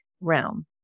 realm